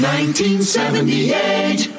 1978